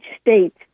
state